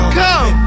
come